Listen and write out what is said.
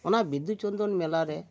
ᱚᱱᱟ ᱵᱤᱫᱩ ᱪᱟᱸᱫᱟᱱ ᱢᱮᱞᱟᱨᱮ